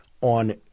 on